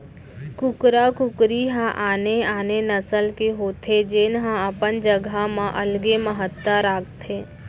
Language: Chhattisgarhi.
कुकरा कुकरी ह आने आने नसल के होथे जेन ह अपन जघा म अलगे महत्ता राखथे